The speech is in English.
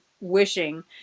wishing